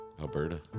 Alberta